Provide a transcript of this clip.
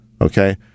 okay